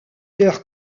leur